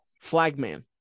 Flagman